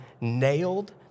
nailed